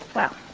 wow.